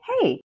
hey